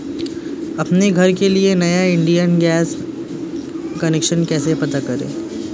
अपने घर के लिए नया इंडियन गैस कनेक्शन कैसे प्राप्त करें?